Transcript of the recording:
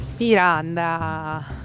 Miranda